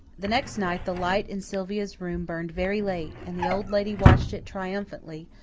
the next night the light in sylvia's room burned very late, and the old lady watched it triumphantly,